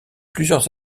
plusieurs